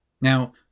Now